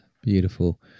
Beautiful